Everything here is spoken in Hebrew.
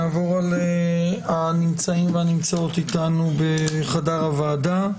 נעבור על הנמצאים איתנו בחדר הוועדה: